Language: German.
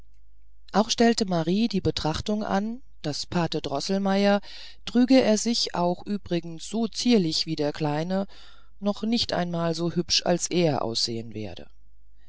auch stellte marie die betrachtung an daß pate droßelmeier trüge er sich auch übrigens so zierlich wie der kleine doch nicht einmal so hübsch als er aussehen werde